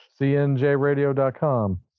cnjradio.com